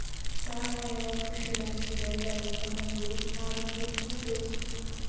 ಸಾವಯವ ಕೃಷಿಲಾಸಿ ಬೆಳ್ದ ಉತ್ಪನ್ನಗುಳು ಆರೋಗ್ಯುಕ್ಕ ಬೇಸು